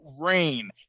rain